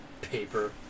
Paper